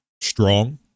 strong